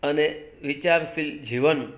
અને વિચારશીલ જીવન